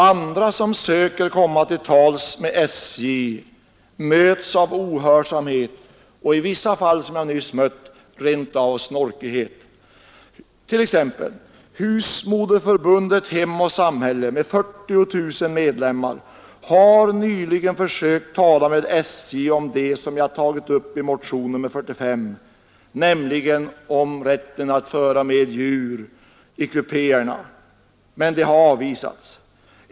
Andra som försöker komma till tals med SJ möts av ohörsamhet och i vissa fall, som jag nyss mött, rent av av snorkighet. Husmodersförbundet Hem och samhälle t.ex. med 40 000 medlemmar har nyligen försökt tala med SJ om det jag tagit upp i motionen 45 — rätten att föra med djur i kupéerna — men man har avvisats.